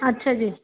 ਅੱਛਾ ਜੀ